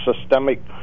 systemic